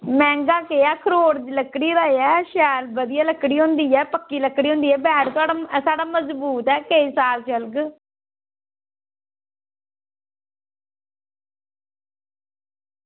मैहंगा केह् ऐ अखरोट दी लकड़ी दा ऐ शैल बधिया लकड़ी होंदी ऐ पक्की बैट साढ़ा मजबूत ऐ शैल चलग